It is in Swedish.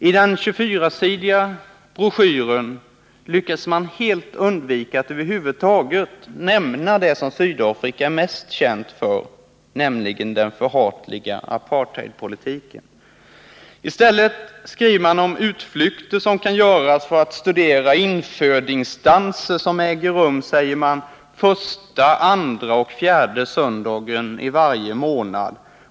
I den 24-sidiga broschyren lyckas man helt undvika att över huvud taget nämna det som Sydafrika är mest känt för, nämligen den förhatliga apartheidpolitiken. I stället skriver man om utflykter som kan göras för att studera infödingsdanser som äger rum första, andra och fjärde söndagen varje månad.